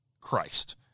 Christ